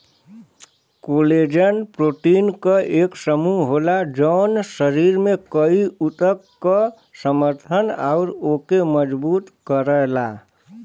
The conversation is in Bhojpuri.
कोलेजन प्रोटीन क एक समूह होला जौन शरीर में कई ऊतक क समर्थन आउर ओके मजबूत करला